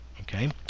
okay